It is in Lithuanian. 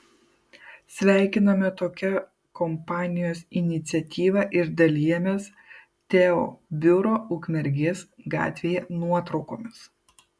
sveikiname tokią kompanijos iniciatyvą ir dalijamės teo biuro ukmergės gatvėje nuotraukomis